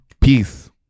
Peace